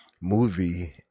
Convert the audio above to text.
Movie